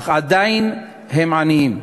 אך עדיין הם עניים.